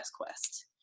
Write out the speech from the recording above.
quest